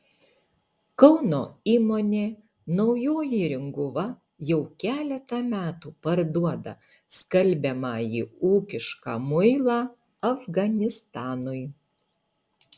kauno įmonė naujoji ringuva jau keletą metų parduoda skalbiamąjį ūkišką muilą afganistanui